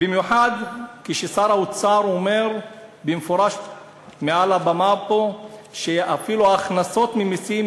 במיוחד כששר האוצר אומר במפורש מעל הבמה פה שאפילו ההכנסות ממסים